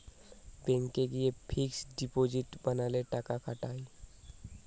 ব্যাংকে গিয়ে fixed deposit বানালে টাকা খাটায়